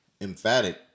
emphatic